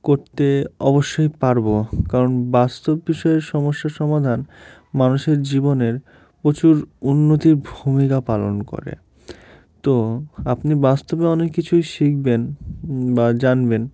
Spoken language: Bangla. করতে অবশ্যই পারব কারণ বাস্তব বিষয়ে সমস্যার সমাধান মানুষের জীবনের প্রচুর উন্নতির ভূমিকা পালন করে তো আপনি বাস্তবে অনেক কিছুই শিখবেন বা জানবেন